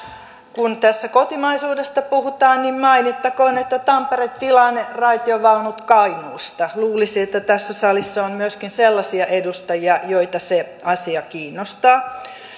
kun tässä kotimaisuudesta puhutaan niin mainittakoon että tampere tilaa ne raitiovaunut kainuusta luulisi että tässä salissa on myöskin sellaisia edustajia joita se asia kiinnostaa